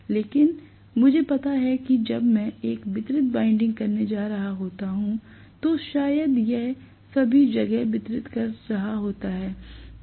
लेकिन मुझे पता है कि जब मैं एक वितरित वाइंडिंग करने जा रहा होता हूं तो मैं शायद यह सभी जगह वितरित कर रहा होता हूं